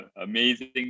amazing